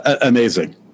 amazing